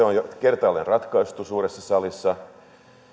on jo kertaalleen ratkaistu suuressa salissa